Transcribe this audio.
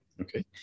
Okay